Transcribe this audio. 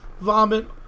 vomit